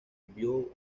envió